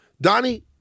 Donnie